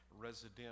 resident